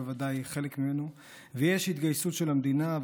בוודאי חלק ממנו ויש התגייסות של המדינה,